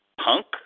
Punk